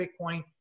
Bitcoin